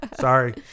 Sorry